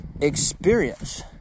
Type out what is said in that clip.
experience